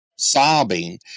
Sobbing